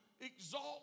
exalt